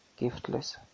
giftless